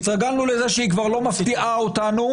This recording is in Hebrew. התרגלנו לזה שהיא כבר לא מפתיעה אותנו,